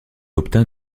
obtient